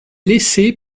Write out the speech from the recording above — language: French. laissée